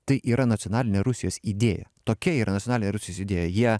tai yra nacionalinė rusijos idėja tokia yra nacionalinė rusijos idėja jie